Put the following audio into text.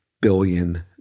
billion